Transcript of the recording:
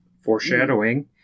Foreshadowing